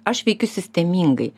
aš veikiu sistemingai